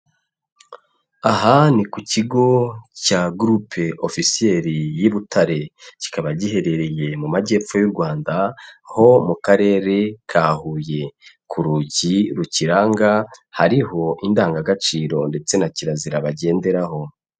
Aha ni ku kigo cya Groupe officiel y'i Butare, kikaba giherereye mu majyepfo y'u Rwanda ho mu karere ka Huye, ku rugi rukiranga hariho indangagaciro ndetse na kirazira bagenderaho.